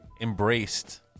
embraced